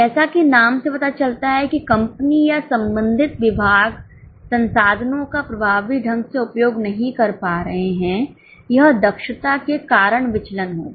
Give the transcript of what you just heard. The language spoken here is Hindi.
जैसा कि नाम से पता चलता है कि कंपनी या संबंधित विभाग संसाधनों का प्रभावी ढंग से उपयोग नहीं कर रहे हैं यह दक्षता के कारण विचलन होगा